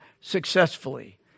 successfully